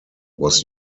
was